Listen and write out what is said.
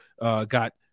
got